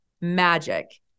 magic